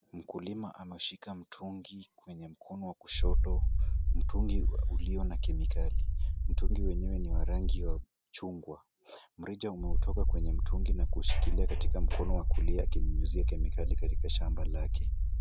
Mkulima ameshika mtungi kwenye mkono wa kushoto. Mtungi uliona kemikali. Mtungi mwenyewe ni wa rangi ya chungwa. Mrija unaotoka kwenye mtungi na kushikilia katika mkono wa kulia akinyunyizia katika shamba lake.